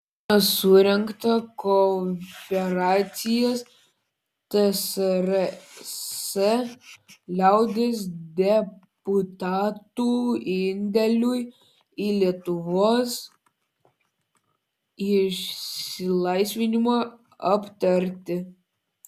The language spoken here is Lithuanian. seime surengta konferencija tsrs liaudies deputatų indėliui į lietuvos išsilaisvinimą aptarti